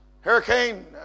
hurricane